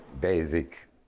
basic